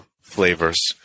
flavors